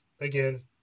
again